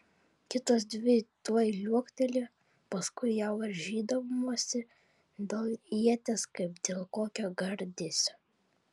kitos dvi tuoj liuoktelėjo paskui ją varžydamosi dėl ieties kaip dėl kokio gardėsio